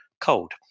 cold